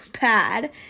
bad